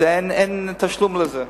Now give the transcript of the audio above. אין תשלום לזה.